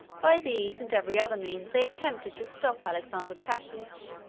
by these and every other means they attempted to stop alexander's passage.